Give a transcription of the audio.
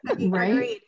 right